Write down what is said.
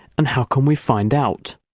and how can we find out?